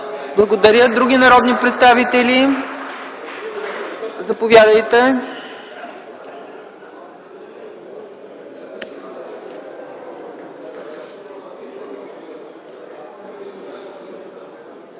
Благодаря. Има ли други народни представители? Заповядайте.